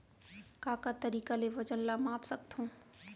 का का तरीक़ा ले वजन ला माप सकथो?